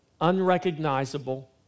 unrecognizable